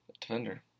defender